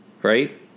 Right